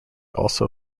also